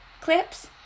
clips